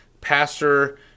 pastor